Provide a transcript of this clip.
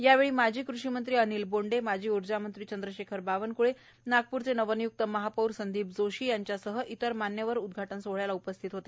यावेळी माजी कृषी मंत्री अनिल बोंडे माजी ऊर्जामंत्री चंद्रशेखर बावनकृळे नागपूरचे नवनिय्क्त महापौर संदीप जोशी यांच्यासह इतर मान्यवर उद्घाटन सोहळ्याला उपस्थित होते